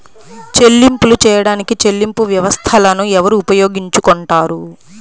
చెల్లింపులు చేయడానికి చెల్లింపు వ్యవస్థలను ఎవరు ఉపయోగించుకొంటారు?